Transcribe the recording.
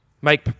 Mike